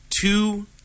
two